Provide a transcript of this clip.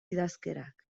idazkerak